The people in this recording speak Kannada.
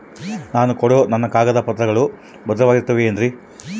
ನಾನು ಕೊಡೋ ನನ್ನ ಕಾಗದ ಪತ್ರಗಳು ಭದ್ರವಾಗಿರುತ್ತವೆ ಏನ್ರಿ?